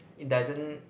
it doesn't